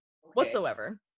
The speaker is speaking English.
whatsoever